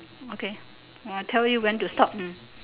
okay I'll tell you when to stop